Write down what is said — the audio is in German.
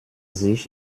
sich